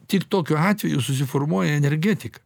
tik tokiu atveju susiformuoja energetika